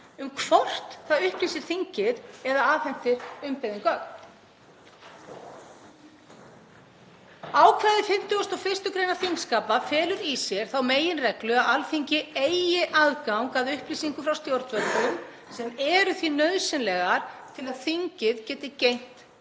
um hvort það upplýsi þingið eða afhendi umbeðin gögn. Ákvæði 51. gr. þingskapa felur í sér þá meginreglu að Alþingi eigi aðgang að upplýsingum frá stjórnvöldum sem eru því nauðsynlegar til að þingið geti gegnt